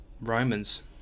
Romans